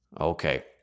Okay